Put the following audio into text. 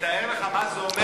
ותאר לך מה זה אומר,